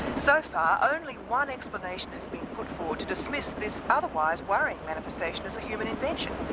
so far, only one explanation has been put forward to dismiss this otherwise worrying manifestation as a human invention.